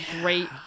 great